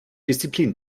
disziplin